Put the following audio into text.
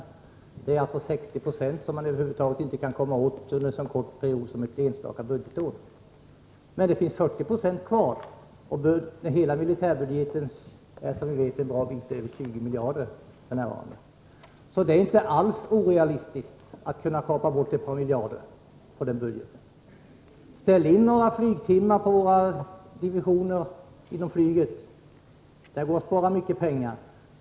Det är alltså 60 26 som man över huvud taget inte kan komma åt under en så kort period som ett enstaka budgetår. Men det finns 40 96 kvar, och hela den militära budgeten ligger som vi vet en bra bit över 20 miljarder f. n. Det är därför inte alls orealistiskt att plocka bort ett par miljarder på den budgeten. Ställ in några flygtimmar på flygdivisionerna — där går det att spara mycket pengar.